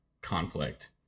Conflict